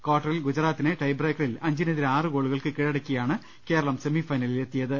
കാർട്ടറിൽ ഗുജറാ ത്തിനെ ട്രൈബ്രേക്കിൽ അഞ്ചിനെതിരെ ആറ് ഗോളു കൾക്ക് കീഴടക്കിയാണ് കേരളം സെമിഫൈനലിൽ എത്തിയത്